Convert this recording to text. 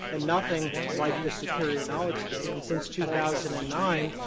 and nothing like the superior knowledge thing. and since two thousand and nine,